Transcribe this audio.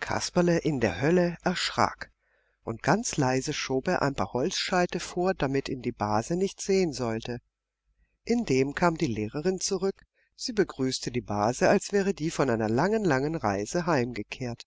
kasperle in der hölle erschrak und ganz leise schob er ein paar holzscheite vor damit ihn die base nicht sehen sollte indem kam die lehrerin zurück sie begrüßte die base als wäre die von einer langen langen reise heimgekehrt